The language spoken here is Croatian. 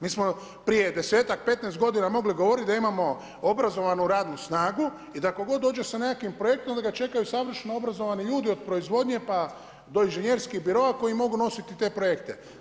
Mi smo prije desetak, petnaest godina mogli govoriti da imamo obrazovanu radnu snagu i da tko god dođe sa nekakvim projektom da ga čekaju savršeno obrazovani ljudi od proizvodnje do inženjerskih biroa koji mogu nositi te projekte.